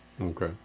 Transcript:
Okay